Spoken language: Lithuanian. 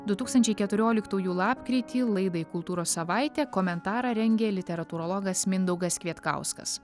du tūkstančiai keturioliktųjų lapkritį laidai kultūros savaitė komentarą rengė literatūrologas mindaugas kvietkauskas